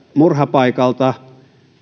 murhapaikalta